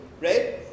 right